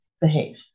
behave